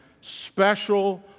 special